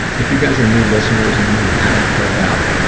if you guys are new listeners and you haven't filled out